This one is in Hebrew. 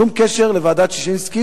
שום קשר לוועדת-ששינסקי,